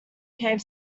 cave